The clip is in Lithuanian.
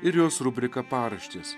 ir jos rubrika paraštės